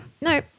No